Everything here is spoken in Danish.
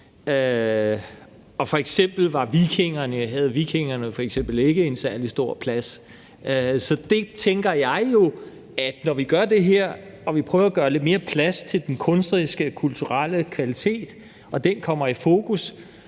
F.eks. havde vikingerne ikke en særlig stor plads. Så jeg tænker jo, at når vi gør det her og vi prøver at gøre lidt mere plads til den kunstneriske og kulturelle kvalitet og den kommer i fokus,